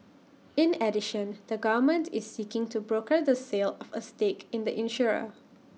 in addition the government is seeking to broker the sale of A stake in the insurer